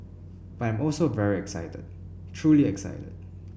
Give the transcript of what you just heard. but I'm also very excited truly excited